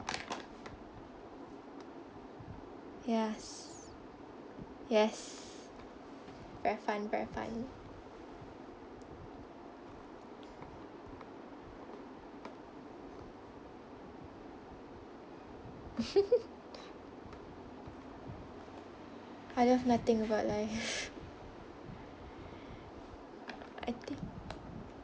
yes yes very fun very fun I love nothing about life I think